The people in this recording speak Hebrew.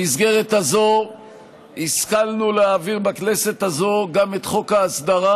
במסגרת הזאת השכלנו להעביר בכנסת הזאת גם את חוק ההסדרה